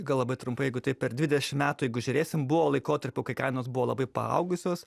gal labai trumpai jeigu taip per dvidešim metų jeigu žiūrėsim buvo laikotarpių kai kainos buvo labai paaugusios